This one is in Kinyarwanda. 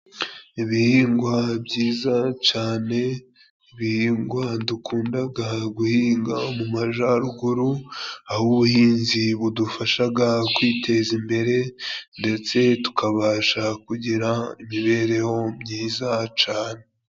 Ibihingwa byiza cane, ibihingwa dukundaga guhinga mu majaruguru aho ubuhinzi budufashaga kwiteza imbere ndetse tukabasha kugira imibereho myiza cane.